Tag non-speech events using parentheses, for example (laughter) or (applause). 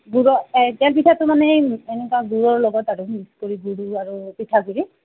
(unintelligible) পিঠাটো মানে এনেকুৱা গুড়ৰ লগত আৰু মিক্স কৰি গুড় আৰু পিঠাগুৰি